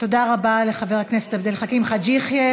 תודה רבה לחבר הכנסת עבד אל חכים חאג' יחיא.